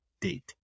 date